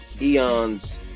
eons